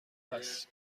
هست